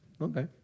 Okay